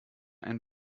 ein